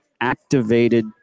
activated